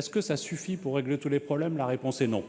Cela suffit-il pour régler tous les problèmes ? Non ! La réponse est non,